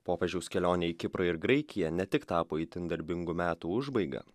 popiežiaus kelionė į kiprą ir graikiją ne tik tapo itin darbingų metų užbaiga